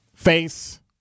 Face